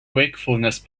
wakefulness